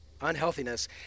unhealthiness